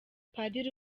padiri